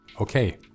Okay